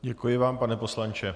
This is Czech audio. Děkuji vám, pane poslanče.